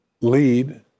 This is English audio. lead